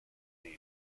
name